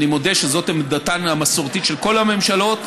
אני מודה שזאת עמדתן המסורתית של כל הממשלות,